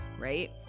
Right